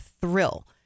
thrill